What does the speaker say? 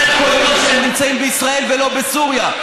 כל יום שהם נמצאים בישראל ולא בסוריה.